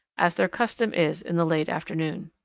as their custom is in the late afternoon.